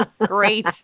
Great